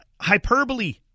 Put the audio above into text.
hyperbole